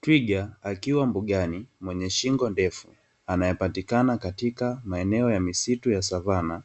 Twiga akiwa mbugani mwenye shingo ndefu, anayepatikana katika maeneo ya misitu ya savana